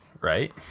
right